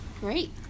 Great